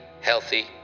healthy